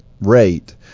rate